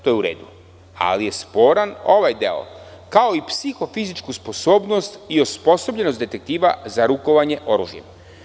To je u redu, ali je sporan ovaj deo: „…kao i psihofizičku sposobnost i osposobljenost detektiva za rukovanje oružjem“